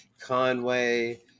Conway